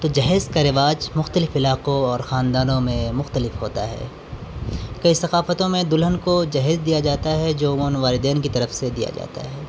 تو جہیز کا رواج مختلف علاکوں اور خاندانوں میں مختلف ہوتا ہے کئی ثقاتوں میں دلہن کو جہیز دیا جاتا ہے جو والدین کی طرف سے دیا جاتا ہے